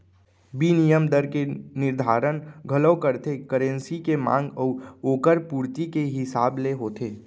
बिनिमय दर के निरधारन घलौ करथे करेंसी के मांग अउ ओकर पुरती के हिसाब ले होथे